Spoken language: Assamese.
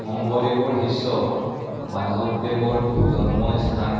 শংকৰদেৱৰ শিষ্য মাধৱদেৱৰ জন্মস্থান